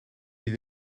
mynd